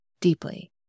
Deeply